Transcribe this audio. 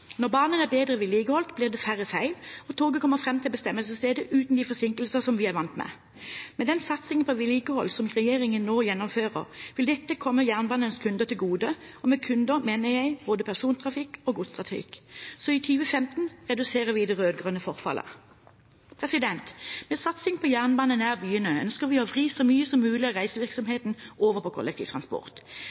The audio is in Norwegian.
Når banen er bedre vedlikeholdt, blir det færre feil, og toget kommer fram til bestemmelsesstedet uten de forsinkelser som vi er vant med. Med den satsingen på vedlikehold som regjeringen nå gjennomfører, vil dette komme jernbanens kunder til gode. Og med kunder mener jeg både persontrafikk og godstrafikk. Så – i 2015 – reduserer vi det rød-grønne forfallet. Med satsing på jernbane nær byene ønsker vi å vri så mye som mulig av reisevirksomheten over på kollektivtransport.